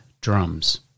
drums